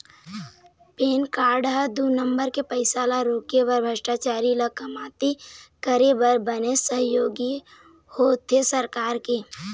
PAN card ह दू number के पइसा ल रोके बर भस्टाचारी ल कमती करे बर बनेच सहयोगी होथे सरकार के